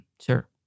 sure